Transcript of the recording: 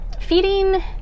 feeding